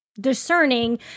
discerning